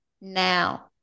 now